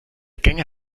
gänge